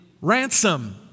ransom